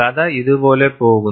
കഥ ഇതുപോലെ പോകുന്നു